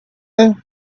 know